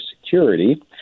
security